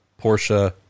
Porsche